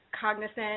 cognizant